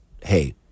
hey